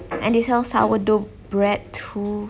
and they sell sourdough bread too